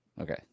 Okay